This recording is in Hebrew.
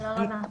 תודה רבה.